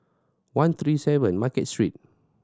one three seven Market Street